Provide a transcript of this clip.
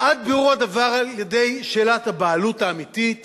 עד בירור הדבר על-ידי שאלת הבעלות האמיתית